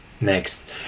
Next